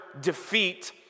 defeat